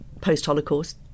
Post-Holocaust